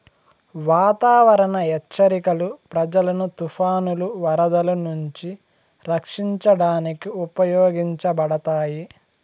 వాతావరణ హెచ్చరికలు ప్రజలను తుఫానులు, వరదలు నుంచి రక్షించడానికి ఉపయోగించబడతాయి